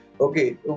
okay